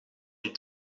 die